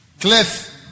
Cliff